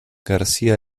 garcía